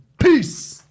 Peace